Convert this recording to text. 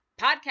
podcast